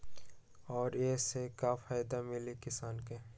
और ये से का फायदा मिली किसान के?